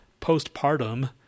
postpartum